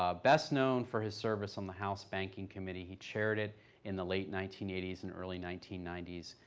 ah best known for his service on the house banking committee, he chaired it in the late nineteen eighty s and early nineteen ninety s,